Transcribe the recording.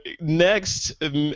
Next